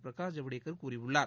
பிரகாஷ் ஜவ்டேகர் கூறியுள்ளார்